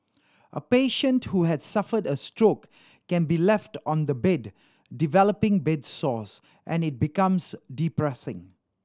a patient who has suffered a stroke can be left on the bed developing bed sores and it becomes depressing